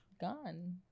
gone